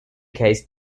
case